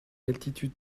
altitudes